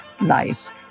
life